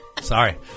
Sorry